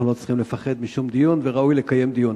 אנחנו לא צריכים לפחד משום דיון וראוי לקיים דיון.